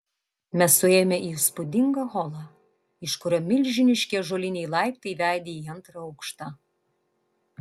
mes suėjome į įspūdingą holą iš kurio milžiniški ąžuoliniai laiptai vedė į antrą aukštą